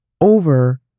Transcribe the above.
over